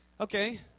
Okay